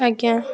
ଆଜ୍ଞା